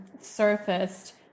surfaced